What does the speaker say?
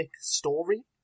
story